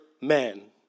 man